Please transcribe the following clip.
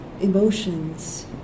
emotions